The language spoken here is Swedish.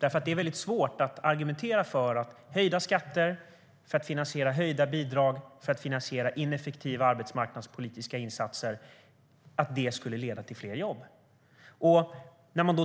Det är väldigt svårt att argumentera för att höjda skatter för att finansiera höjda bidrag och ineffektiva arbetsmarknadspolitiska insatser skulle leda till fler jobb.